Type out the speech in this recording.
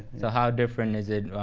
so how different is it